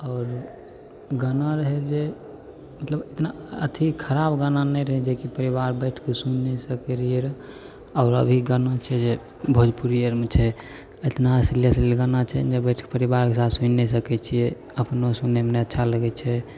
आओर गाना रहै जे मतलब इतना अथी खराब गाना नहि रहै जे कि परिबार बैठके सुनि नहि सकै रहियै रहऽ आओर अभी गाना छै जे भोजपुरी आरमे छै इतना अश्लील अश्लील गाना छै ने जे परिबारके साथ सुनि नहि सकैत छियै अपनो सुनैमे नहि अच्छा लगैत छै